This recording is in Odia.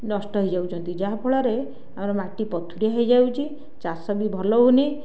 ନଷ୍ଟ ହେଇଯାଉଛନ୍ତି ଯାହାଫଳରେ ଆମର ମାଟି ପଥୁରିଆ ହେଇଯାଉଛି ଚାଷ ବି ଭଲ ହେଉନି